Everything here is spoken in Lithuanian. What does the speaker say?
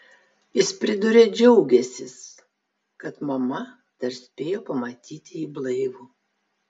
jis priduria džiaugiąsis kad mama dar spėjo pamatyti jį blaivų